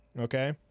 Okay